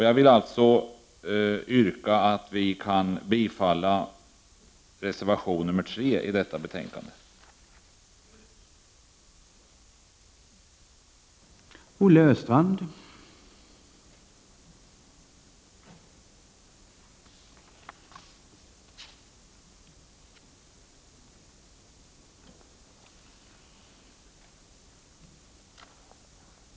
Jag vill alltså yrka att kammaren bifaller reservation 3 vid jordbruksutskottets betänkande 4.